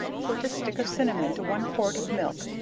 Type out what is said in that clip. put a stick of cinnamon to one quart of milk,